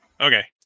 Okay